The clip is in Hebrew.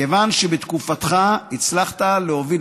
מכיוון שבתקופתך הצלחת להוביל.